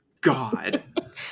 god